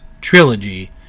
trilogy